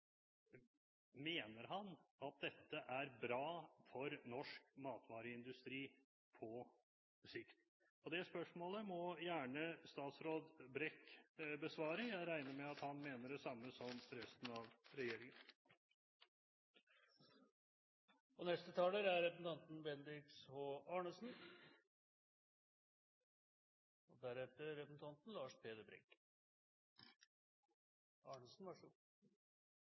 Mener han at dette er bra for norsk matvareindustri på sikt? Det spørsmålet må gjerne «statsråd» Brekk besvare, jeg regner med at han mener det samme som resten av regjeringen. Jeg er glad for at representanten Gjelseth tok opp spørsmålet om skipsfart, og at det kom inn i denne debatten, for det er